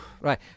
right